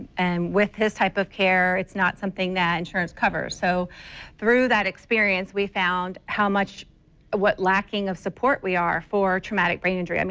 and with this type of care, it's not something that insurance covers. so through that experience, we found how much what lacki of support we are for traumatic brain injury. i mean